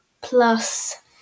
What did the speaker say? plus